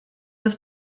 das